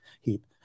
heap